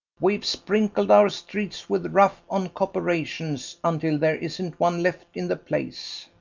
we've sprinkled our streets with rough on copperations until there isn't one left in the place.